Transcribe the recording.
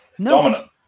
Dominant